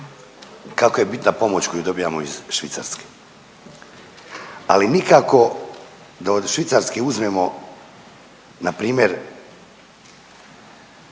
kako je bitna pomoć koju dobijamo iz Švicarske, ali nikako da od Švicarske uzmemo npr.